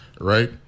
Right